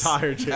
Tired